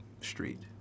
street